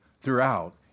throughout